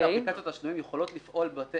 אפליקציות התשלומים יכולות לפעול בבתי